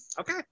okay